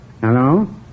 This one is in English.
Hello